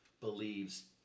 believes